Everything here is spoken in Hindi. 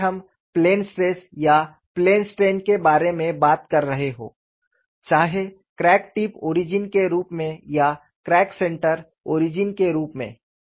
चाहे हम प्लेन स्ट्रेस या प्लेन स्ट्रेन के बारे में बात कर रहे हों चाहे क्रैक टिप ओरिजिन के रूप में या क्रैक सेंटर ओरिजिन के रूप में